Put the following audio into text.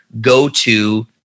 go-to